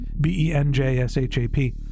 B-E-N-J-S-H-A-P